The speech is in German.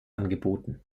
angeboten